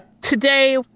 today